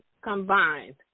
combined